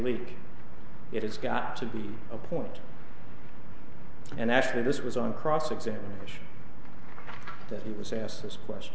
leak it has got to be a point and actually this was on cross examination that he was asked this question